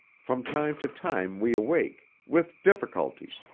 from time to time we awake. with difficulty.